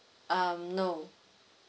um no